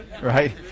Right